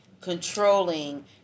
controlling